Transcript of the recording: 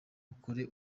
bakore